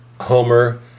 Homer